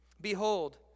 Behold